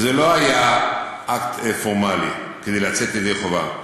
וזה לא היה אקט פורמלי כדי לצאת ידי חובה.